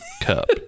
cup